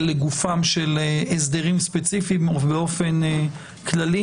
לגופם של הסדרים ספציפיים או באופן כללי.